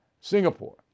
Singapore